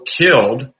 killed